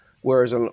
Whereas